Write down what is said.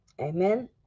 Amen